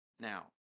Now